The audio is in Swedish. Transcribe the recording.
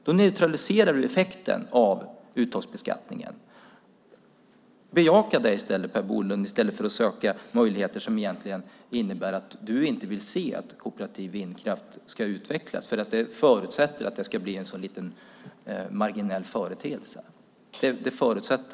Därmed neutraliserar man effekten av uttagsbeskattningen. Bejaka det, Per Bolund, i stället för att söka möjligheter som egentligen innebär att du inte vill se att kooperativ vindkraft ska utvecklas, eftersom ett sådant undantag förutsätter att det ska bli en liten, marginell företeelse.